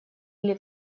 или